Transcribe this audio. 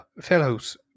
Fellows